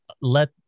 let